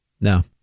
no